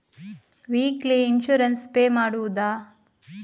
Weekly insurance pay ಮಾಡುವುದ?